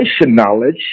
knowledge